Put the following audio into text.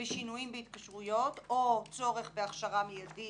בשינויים בהתקשרויות או צורך בהכשרה מיידית